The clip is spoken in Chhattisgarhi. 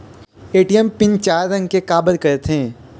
ए.टी.एम पिन चार अंक के का बर करथे?